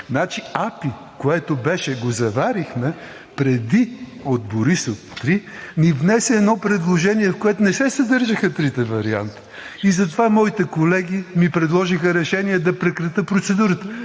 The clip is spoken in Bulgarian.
АПИ, което беше, го заварихме преди – от Борисов 3, ни внесе едно предложение, в което не се съдържаха трите варианта. Затова моите колеги ми предложиха решение да прекратя процедурата.